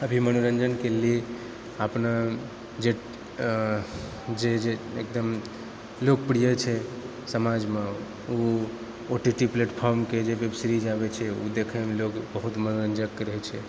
अभी मनोरञ्जनके लिअ अपना जे जे जे एकदम लोकप्रिय छै समाजमे ओ ओ टी टी प्लेटफार्मके जे वेब सीरीज आबैत छै ओ देखैमे लोग बहुत मनोरञ्जक रहैत छै